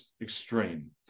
extreme